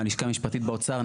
מהלשכה המשפטית באוצר,